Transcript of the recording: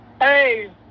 Hey